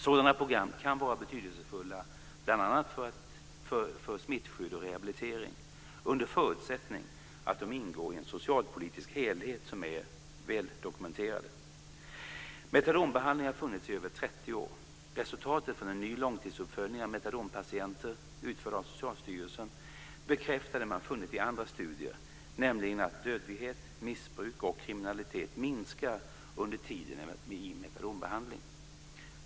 Sådana program kan vara betydelsefulla bl.a. för smittskydd och rehabilitering, under förutsättning att de ingår i en socialpolitisk helhet samt är väldokumenterade. Metadonbehandling har funnits i över 30 år. Resultatet från en ny långtidsuppföljning av metadonpatienter, utförd av Socialstyrelsen, bekräftar det man funnit i andra studier, nämligen att dödlighet, missbruk och kriminalitet minskar under tiden i metadonbehandling.